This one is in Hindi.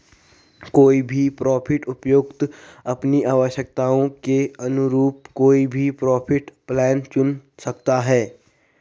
कोई भी प्रीपेड उपयोगकर्ता अपनी आवश्यकताओं के अनुरूप कोई भी प्रीपेड प्लान चुन सकता है